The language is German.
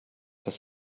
das